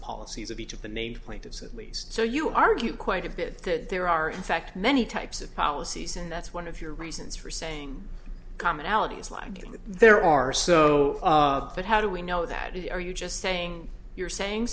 policies of each of the named plaintiffs at least so you argue quite a bit that there are in fact many types of policies and that's one of your reasons for saying commonalities like there are so but how do we know that is are you just saying you're saying